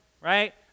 right